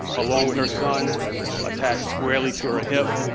along with her son attached squarely to her hip.